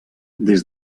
des